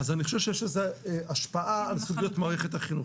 אני חושב שיש לזה השפעה על סוגיית מערכת החינוך.